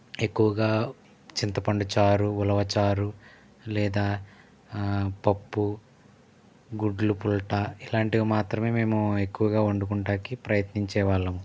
ఎక్కువగా చింతపండు చారు ఉలవచారు లేదా పప్పు గుడ్లు ఫుల్టా ఇలాంటివి మాత్రమే మేము ఎక్కువగా వండుకుంటానికి ప్రయత్నించేవాళ్ళం